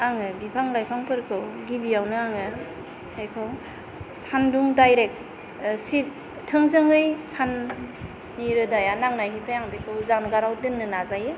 आङो बिफां लाइफां फोरखौ गिबियावनो आङो बिफां लाइफां खौ सानदुं दायरेक्ट थोंजोङै साननि रोदाया नांनायनिफाय आं बिखौ जानगाराव दोननो नाजायो